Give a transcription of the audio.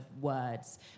words